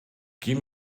give